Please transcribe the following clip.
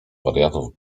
wariatów